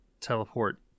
teleport